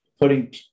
putting